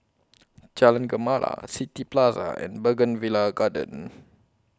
Jalan Gemala City Plaza and Bougainvillea Garden